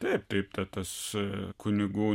taip taip ta tas kunigų